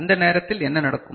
அந்த நேரத்தில் என்ன நடக்கும்